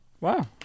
Wow